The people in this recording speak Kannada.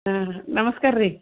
ಆಂ ಹಾಂ ನಮಸ್ಕಾರ ರೀ